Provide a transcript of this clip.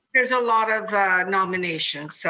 there's a lot of nominations. so